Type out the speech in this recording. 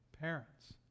Parents